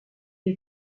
est